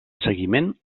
seguiment